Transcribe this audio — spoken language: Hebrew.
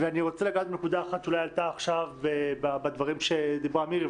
ואני רוצה לגעת בנקודה אחת שאולי עלתה עכשיו בדברים שדיברה מירי,